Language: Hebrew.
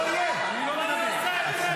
לא תהיה.